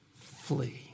flee